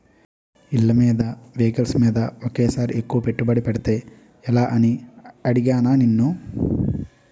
ఇళ్ళమీద, వెహికల్స్ మీద ఒకేసారి ఎక్కువ పెట్టుబడి పెడితే ఎలా అని అడిగానా నిన్ను